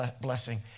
blessing